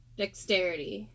dexterity